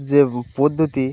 যে পদ্ধতি